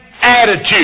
attitude